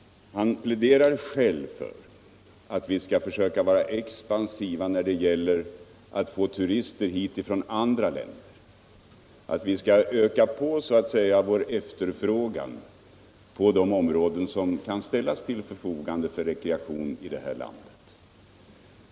Han pläderar själv för att vi skall vara expansiva när det gäller att få hit turister från andra länder, att vi skall öka på vår efterfrågan på de områden som kan ställas till förfogande för rekreation här i landet.